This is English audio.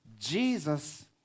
Jesus